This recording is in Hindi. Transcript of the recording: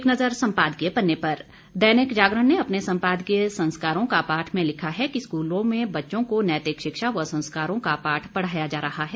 एक नजर सम्पादकीय पन्ने पर दैनिक जागरण ने अपने संपादकीय संस्कारों का पाठ में लिखा है कि स्कूलों में बच्चों को नैतिक शिक्षा व संस्कारों का पाठ पढ़ाया जा रहा है